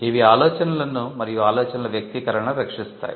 ఇవి ఆలోచనలను మరియు ఆలోచనల వ్యక్తీకరణలను రక్షిస్తాయి